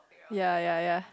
ya ya ya